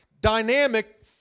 dynamic